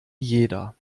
jeder